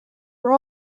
were